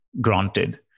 granted